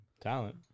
Talent